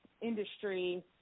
industry